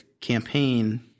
campaign